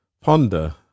ponder